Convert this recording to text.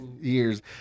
Years